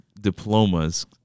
diplomas